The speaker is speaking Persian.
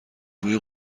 بوی